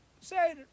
say